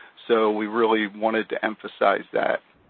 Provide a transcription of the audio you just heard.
so, we really wanted to emphasize that.